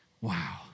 Wow